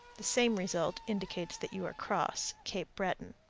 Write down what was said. the same result indicates that you are cross. cape breton.